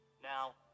Now